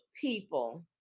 people